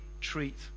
treat